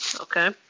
Okay